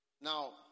Now